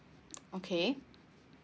okay